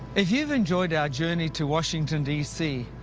if you've enjoyed our journey to washington, dc,